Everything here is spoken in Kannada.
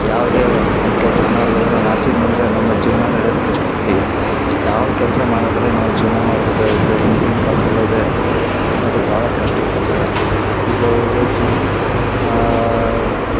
ಯಾವುದೇ ಒಂದು ಕೆಲಸ ಮಾಡೋದಾದರು ನಾಚಿದೆನೆಂದ್ರೆ ನಮ್ಮ ಜೀವನ ನಡ್ಯೋದು ಕಷ್ಟೈತಿ ಯಾವ ಕೆಲಸ ಮಾಡಿದ್ರು ನಾವು ಜೀವನ ಮಾಡ್ಬೇಕಾಗುತ್ತೆ ಈಗಿನ ಕಾಲದೊಳಗ ಅದು ಭಾಳ ಕಷ್ಟದ ಕೆಲಸ ಈಗ ಅವರ ಜೀವ ಹಾಂ